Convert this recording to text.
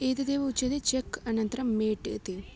एतदेव उच्यते चेक् अनन्तरं मेट् इति